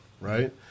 Right